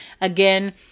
again